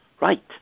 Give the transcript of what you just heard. Right